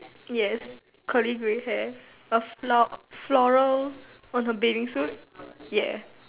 yes curly grey hair her flow~ floral was a baby food ya